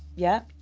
yeah,